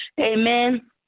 Amen